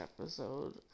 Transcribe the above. episode